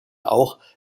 auch